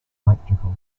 electrical